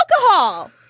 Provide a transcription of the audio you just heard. alcohol